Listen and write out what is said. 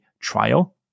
Trial